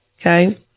okay